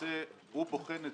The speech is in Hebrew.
שלמעשה הוא בוחן את